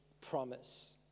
promise